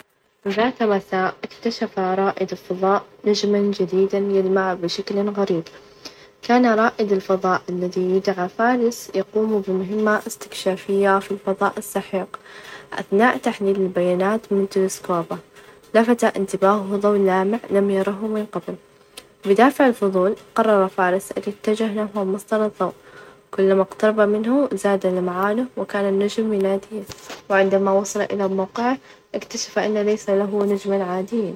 ذات مساء اكتشف رائد الفظاء نجمًا جديدًا يلمع بشكل غريب، كان رائد الفظاء الذي يدعى فارس يقوم بمهمة استكشافية في الفظاء السحيق، أثناء تحليل البيانات من تلسكوبه، لفت إنتباهه ظوء لامع لم يره من قبل، بدافع الفضول قرر فارس أن يتجه له مصدر الظوء، كلما اقترب منه زاد لمعانه وكان النجم يناديه، وعندما وصل إلى موقعه اكتشف أن ليس له نجمًا عاديًا.